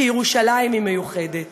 כי ירושלים היא מיוחדת.